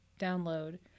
download